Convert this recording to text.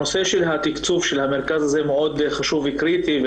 הנושא של התקצוב של המרכז הזה מאוד חשוב וקריטי.